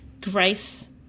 grace